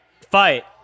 fight